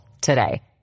today